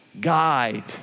guide